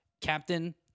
Captain